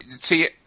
See